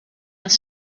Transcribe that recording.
das